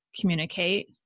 communicate